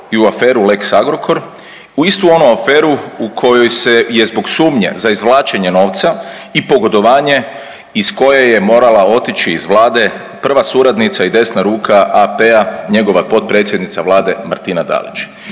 i u aferu lex Agrokor u istu onu aferu u kojoj se je zbog sumnje za izvlačenje novca i pogodovanje iz koje je morala otići iz Vlade prva suradnica i desna ruka AP-a njegova potpredsjednica Vlade Martina Dalić.